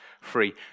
free